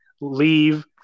Leave